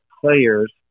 players